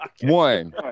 one